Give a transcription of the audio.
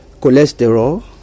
cholesterol